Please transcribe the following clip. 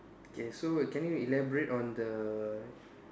K so can you elaborate on the